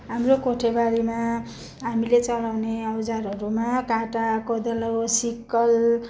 हाम्रो कोठेबारीमा हामीले चलाउने औजारहरूमा काँटा कोदालो सिक्कल